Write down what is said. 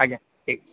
ଆଜ୍ଞା ଠିକ୍ ଅଛି